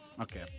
Okay